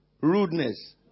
rudeness